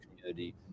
community